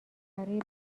برای